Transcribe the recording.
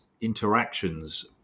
interactions